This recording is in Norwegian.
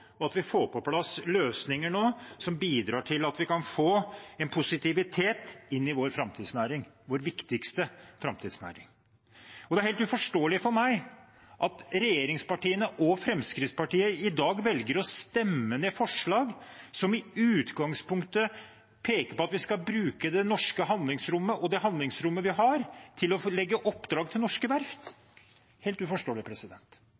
og at vi nå får på plass løsninger som bidrar til at vi kan få en positivitet i vår framtidsnæring – vår viktigste framtidsnæring. Det er helt uforståelig for meg at regjeringspartiene og Fremskrittspartiet i dag velger å stemme ned forslag som i utgangspunktet peker på at vi skal bruke det norske handlingsrommet og det handlingsrommet vi har, til å legge oppdrag til norske verft. Det er helt uforståelig.